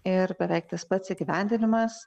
ir beveik tas pats įgyvendinimas